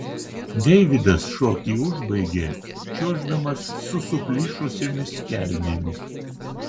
deividas šokį užbaigė čiuoždamas su suplyšusiomis kelnėmis